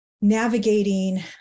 navigating